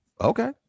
Okay